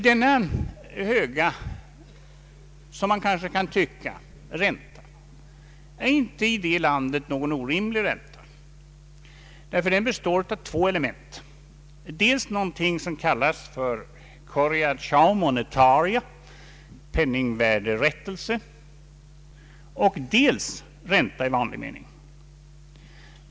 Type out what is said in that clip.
Denna som det kanske kan tyckas höga ränta är i Brasilien icke någon orimlig ränta, ty den består av två element, dels någonting som heter correacao monetaria, dvs. penningvärderättelse, dels ränta i vanlig mening.